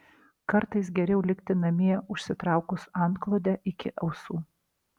kartais geriau likti namie užsitraukus antklodę iki ausų